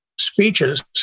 speeches